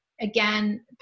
again